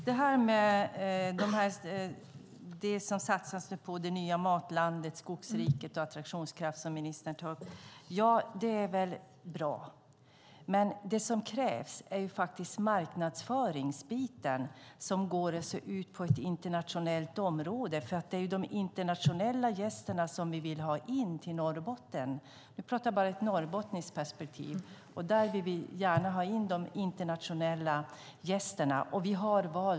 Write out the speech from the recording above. Herr talman! Det som det satsas på nu, Sverige - det nya matlandet, Skogsriket och Attraktionskraft som ministern tar upp, är väl bra. Men det som krävs är marknadsföring på det internationella området, för det är ju de internationella gästerna som vi vill ha in till Norrbotten. Nu talar jag bara ur ett norrbottniskt perspektiv, och där vill vi gärna ha in de internationella gästerna.